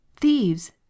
Thieves